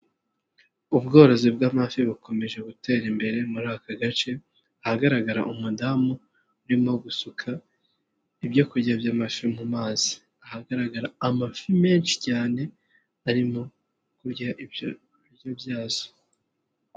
Ubworozi bw'amafi bukomeje gutera imbere muri aka gace, ahagaragara umudamu urimo gusuka ibyo kurya by'amafi mu mazi, hagaragara amafi menshi cyane arimo kurya ibyo biryo byazo.